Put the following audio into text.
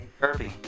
Kirby